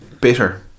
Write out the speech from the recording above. bitter